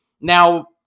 now